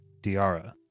Diara